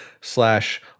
slash